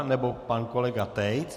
Nebo pan kolega Tejc?